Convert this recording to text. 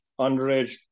underage